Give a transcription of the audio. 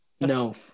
No